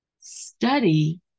study